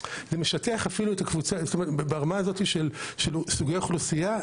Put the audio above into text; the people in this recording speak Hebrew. ברמה של סוגי אוכלוסייה,